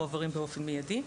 מועברים באופן מידי.